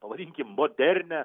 pavadinkim modernią